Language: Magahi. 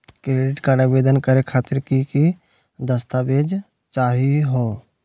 क्रेडिट कार्ड आवेदन करे खातिर की की दस्तावेज चाहीयो हो?